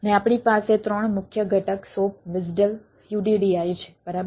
અને આપણી પાસે ત્રણ મુખ્ય ઘટક SOAP WSDL UDDI છે બરાબર